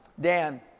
Dan